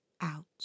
out